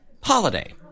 Holiday